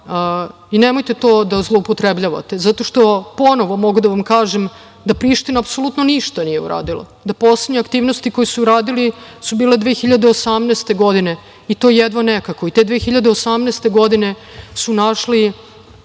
i nemojte to da zloupotrebljavate, zato što ponovo mogu da vam kažem da Priština apsolutno ništa nije uradila, da poslednje aktivnosti koje su uradili su bile 2018. godine i to jedva nekako i te 2018. godine su našli